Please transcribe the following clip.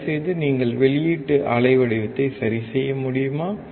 தயவு செய்து நீங்கள் வெளியீட்டு அலை படிவத்தைச் சரிசெய்ய முடியுமா